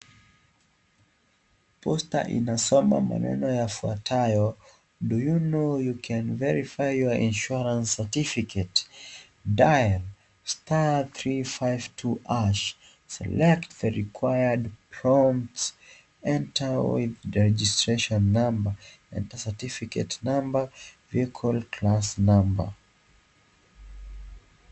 (cs)Poster(cs) inasoma maneno yafuatayo, (cs)do you know you can verify your insurance certificate, dial, *352#, sellect the required, prompts, enter oil registration number, enter certificate number, vehicle class number(cs).